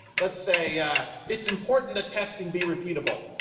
let's say yeah it's important that testing be repeatable.